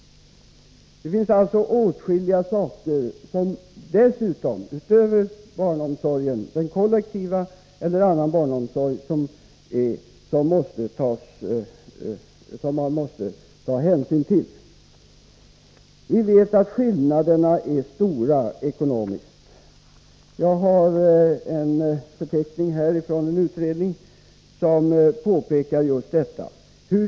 Det finns alltså åtskilliga saker som man måste ta hänsyn till, utöver barnomsorgen, såväl den kollektiva barnomsorgen som barnomsorg i andra former. Vi vet att de ekonomiska skillnaderna är stora. Jag har här en förteckning från en utredning som påpekar just detta.